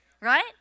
right